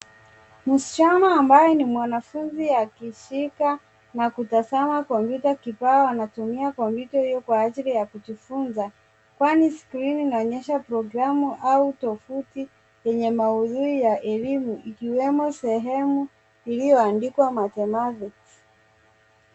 Msichana ambaye ni mwanafunzi akishika na kutazama kompyuta kibao. Anatumia kompyuta hio kwa ajili ya kujifunza kwani skrini inaonyesha programu au tovuti yenye maudhui ya elimu ikiwemo sehemu iliyoandikwa mathematics .